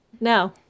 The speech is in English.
No